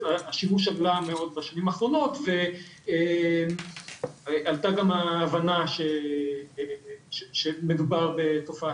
השימוש עלה מאוד בשנים האחרונות ועלתה גם ההבנה שמדובר בתופעה